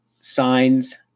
signs